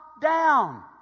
down